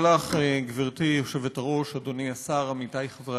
גברתי היושבת-ראש, תודה לך, אדוני השר, עמיתי חברי